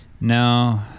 No